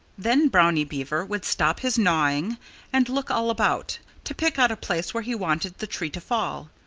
then brownie beaver would stop his gnawing and look all about, to pick out a place where he wanted the tree to fall.